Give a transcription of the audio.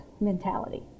mentality